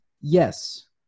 yes